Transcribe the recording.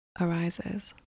arises